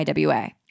IWA